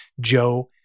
Joe